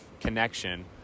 connection